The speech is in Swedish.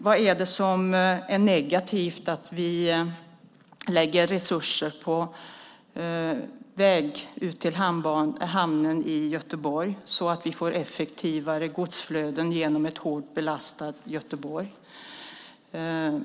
Vad är det som är negativt med att vi lägger resurser på väg ut till hamnen i Göteborg så att vi får effektivare godsflöden genom ett hårt belastat Göteborg?